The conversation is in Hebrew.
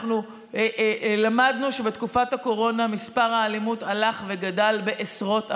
למדנו שבתקופת הקורונה האלימות גדלה בעשרות אחוזים.